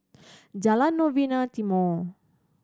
Jalan Novena Timor